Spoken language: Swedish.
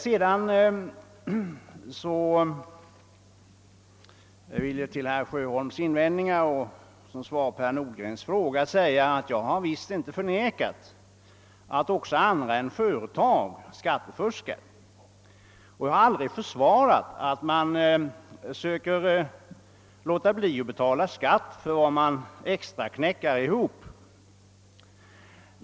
Med anledning av herr Sjöholms invändningar och som svar på herr Nordgrens fråga vill jag säga att jag visst inte förnekat att också andra än företag skattefuskar. Jag har aldrig försvarat att man låter bli att betala skatt för vad man extraknäcker ihop.